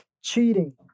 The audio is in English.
Cheating